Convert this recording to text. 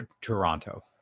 Toronto